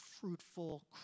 fruitful